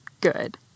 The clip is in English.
Good